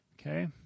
okay